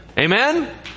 Amen